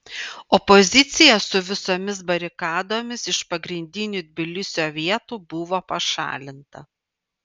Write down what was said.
opozicija su visomis barikadomis iš pagrindinių tbilisio vietų buvo pašalinta